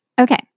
Okay